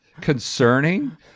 concerning